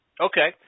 Okay